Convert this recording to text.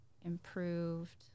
improved